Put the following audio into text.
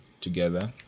together